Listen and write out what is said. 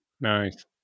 Nice